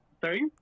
Sorry